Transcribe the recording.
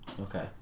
Okay